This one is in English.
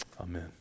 Amen